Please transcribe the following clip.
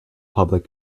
public